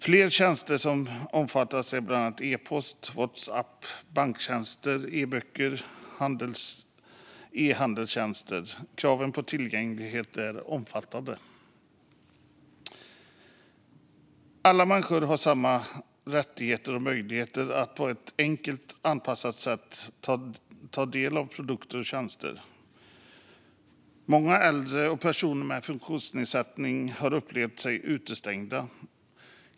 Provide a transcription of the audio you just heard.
Fler tjänster som omfattas är bland andra e-post, Whatsapp, banktjänster, eböcker och e-handelstjänster. Kraven på tillgänglighet är omfattande. Alla människor ska ha samma rättigheter och möjligheter att på ett enkelt och anpassat sätt ta del av produkter och tjänster. Många äldre och personer med funktionsnedsättning har upplevt sig utestängda.